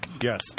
Yes